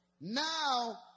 now